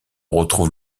retrouve